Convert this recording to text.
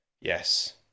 yes